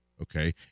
okay